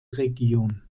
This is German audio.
region